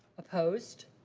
opposed?